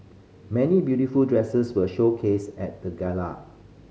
many beautiful dresses were showcased at the gala